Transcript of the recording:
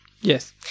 Yes